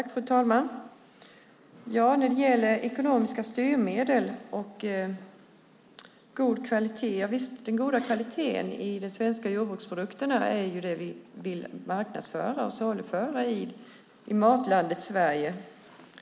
Fru talman! När det gäller ekonomiska styrmedel och god kvalitet, javisst, den goda kvaliteten i de svenska jordbruksprodukterna är ju det som vi vill marknadsföra och saluföra i matlandet Sverige.